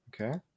okay